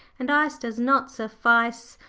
and ice does not suffice.